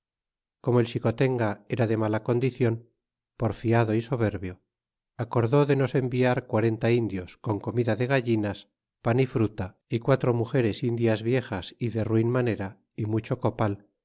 como el xicontenga era de mala condicion porfiado y soberbio acord de nos enviar quarenta indios con comida de gallinas pan y fruta y quatro mugeres indias viejas y de ruin manera y mucho